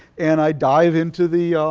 and i dive into the